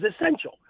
essential